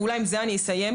ועם זה אני אסים,